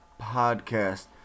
podcast